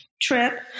trip